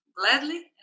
Gladly